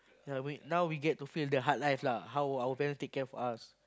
yea we now we get to feel the hard life lah how our parents take care for us